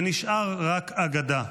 ונשאר רק אגדה"